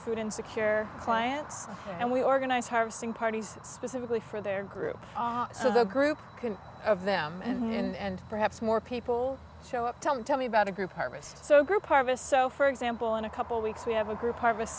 food insecure clients and we organize harvesting parties specifically for their group so the group of them and perhaps more people show up tell me tell me about a group harvest so group harvest so for example in a couple of weeks we have a group harvest